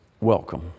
Welcome